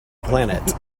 planet